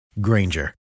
Granger